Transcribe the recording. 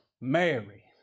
Mary